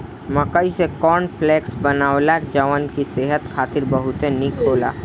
मकई से corn flakes बनेला जवन की सेहत खातिर बहुते निक होला